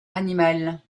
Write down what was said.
animale